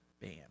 Bam